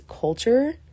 culture